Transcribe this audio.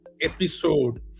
episode